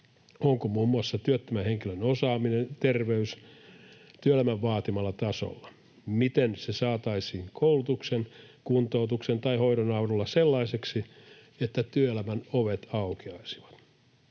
Onko muun muassa työttömän henkilön osaaminen, terveys, työelämän vaatimalla tasolla? Miten se saataisiin koulutuksen, kuntoutuksen tai hoidon avulla sellaiseksi, että työelämän ovet aukeaisivat?